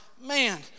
man